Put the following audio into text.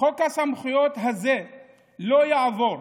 "חוק הסמכויות הזוי ולא יעבור.